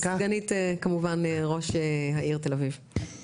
רק אני אומר כמובן סגנית ראש עיריית תל אביב יפו.